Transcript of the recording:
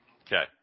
Okay